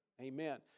Amen